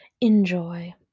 enjoy